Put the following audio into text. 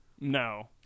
No